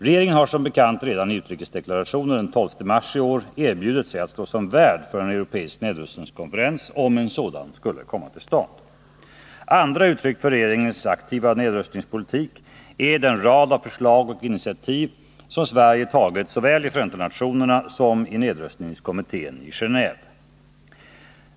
Regeringen har som bekant redan i utrikesdeklarationen den 12 mars i år erbjudit sig att stå som värd för en europeisk nedrustningskonferens, om en sådan skulle komma till stånd. Andra uttryck för regeringens aktiva nedrustningspolitik är den rad av förslag och initiativ som Sverige tagit såväl i Förenta nationerna som i nedrustningskommittén i Geneve.